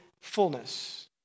fullness